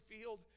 field